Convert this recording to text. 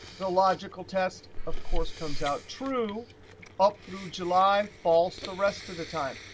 the logical test of course, comes out true up through july. false, the rest of the time.